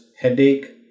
headache